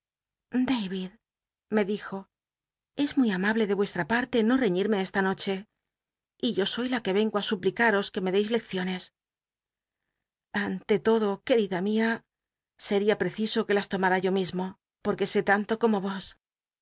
me dijo es muy amable de ucslra paa'le no reiíirme esta noche y yo o y la que vengo á suplicaros que me deis lecciones a nlc lodo querida mia scaia pacciso que las tomara yo mismo porque sé tanto co mo